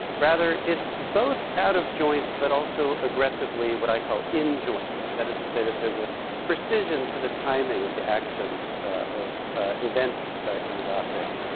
rather, it's both out of joint, but also aggressively what i call in joint, that is to say that there's a precision to the timing of the actions of events in the gothic,